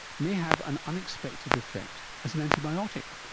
may have an unexpected affect as an antibiotic.